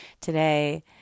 today